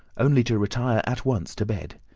only to retire at once to bed.